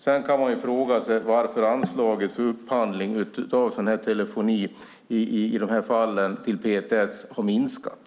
Sedan kan man fråga sig varför anslaget för upphandling av sådan här telefoni i sådana här fall till PTS har minskat.